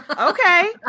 Okay